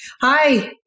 Hi